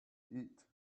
eat